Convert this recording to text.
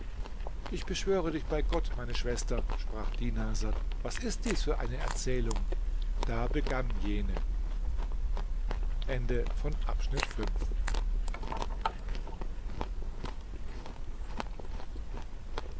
ich beschwöre dich bei gott meine schwester sprach dinarsad was ist dies für eine erzählung da begann jene